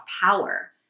power